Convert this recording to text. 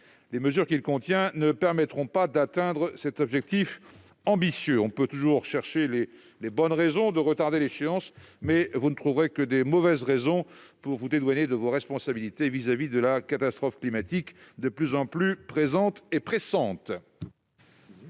les mesures qu'il contient ne permettront pas d'atteindre cet objectif ambitieux. On peut toujours chercher les bonnes raisons de retarder l'échéance, mais vous ne trouverez que de mauvaises raisons pour vous dédouaner de vos responsabilités au regard de la catastrophe climatique de plus en plus présente et pressante.